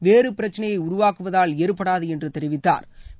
வேறு பிரச்சனைய உருவாக்குவதால் ஏற்படாது என்று தெரிவித்தாா்